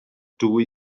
dwy